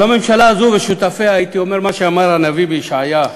על הממשלה הזאת ושותפיה הייתי אומר מה שאמר הנביא ישעיה: